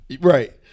Right